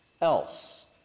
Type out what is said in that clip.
else